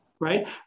right